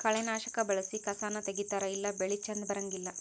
ಕಳೆನಾಶಕಾ ಬಳಸಿ ಕಸಾನ ತಗಿತಾರ ಇಲ್ಲಾ ಬೆಳಿ ಚಂದ ಬರಂಗಿಲ್ಲಾ